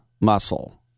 muscle